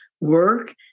work